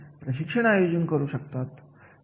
आणि इथे प्रशिक्षणाच्या गरजेचे मूल्यांकन करण्यात येते